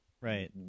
right